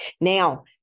Now